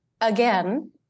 again